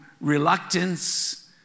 reluctance